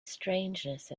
strangeness